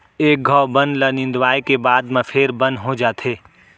एक घौं बन ल निंदवाए के बाद म फेर बन हो जाथे